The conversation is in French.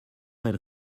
elles